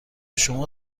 شما